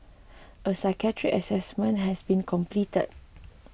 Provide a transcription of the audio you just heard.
a psychiatric assessment has been completed